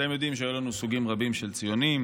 אתם יודעים שהיו לנו סוגים רבים של ציונים.